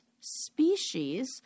species